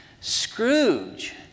Scrooge